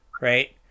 right